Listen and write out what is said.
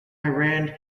iran